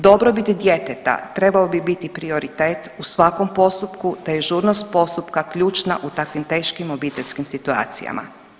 Dobrobit djeteta trebao bi biti prioritet u svakom postupku, te je žurnost postupka ključna u takvim teškim obiteljskim situacijama.